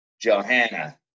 Johanna